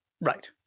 Right